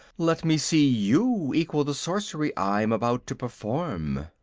let me see you equal the sorcery i am about to perform.